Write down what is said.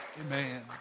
Amen